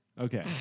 Okay